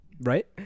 Right